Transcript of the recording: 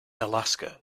alaska